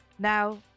Now